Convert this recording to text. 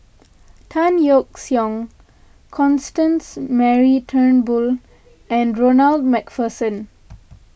Tan Yeok Seong Constance Mary Turnbull and Ronald MacPherson